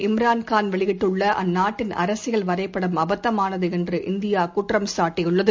இம்ரான் கான் வெளியிட்டுள்ளஅந்நாட்டின் அரசியல் வரைபடம் அபத்தமானதுஎன்று இந்தியாகுற்றம் சாட்டியுள்ளது